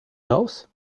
nose